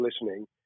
listening